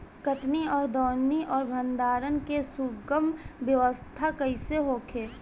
कटनी और दौनी और भंडारण के सुगम व्यवस्था कईसे होखे?